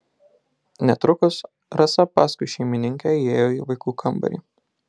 netrukus rasa paskui šeimininkę įėjo į vaikų kambarį